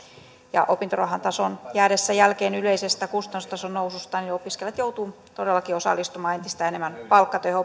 opintorahan tason jäädessä jälkeen yleisestä kustannustason noususta opiskelijat joutuvat todellakin osallistumaan entistä enemmän palkkatyöhön